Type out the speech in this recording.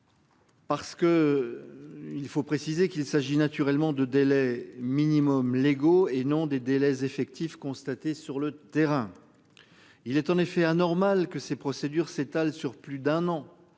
Il faut préciser qu'il s'agit naturellement de délai minimum légaux et non des délais effectifs constaté sur le terrain. Il est en effet anormal que ces procédures s'étale sur plus d'un an,